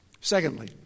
Secondly